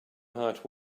heart